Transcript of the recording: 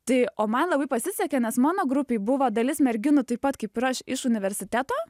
tai o man labai pasisekė nes mano grupėj buvo dalis merginų taip pat kaip ir aš iš universiteto